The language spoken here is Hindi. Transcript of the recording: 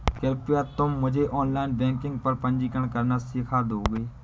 कृपया तुम मुझे ऑनलाइन बैंकिंग पर पंजीकरण करना सीख दोगे?